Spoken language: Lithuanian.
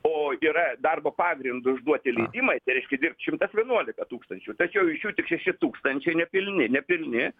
o yra darbo pagrindu išduoti leidimai tai reiškia dirbt šimtas vienuolika tūkstančių tačiau iš jų tik šeši tūkstančiai nepilni nepilni